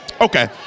Okay